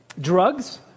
Drugs